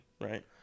Right